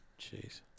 Jeez